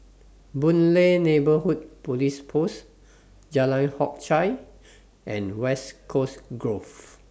Boon Lay Neighbourhood Police Post Jalan Hock Chye and West Coast Grove